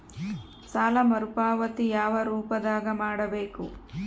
ಸಾಲ ಮರುಪಾವತಿ ಯಾವ ರೂಪದಾಗ ಮಾಡಬೇಕು?